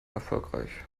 erfolgreich